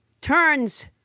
turns